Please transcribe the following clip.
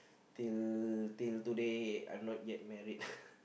till till today I'm not yet married